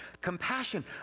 Compassion